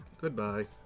Goodbye